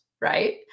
Right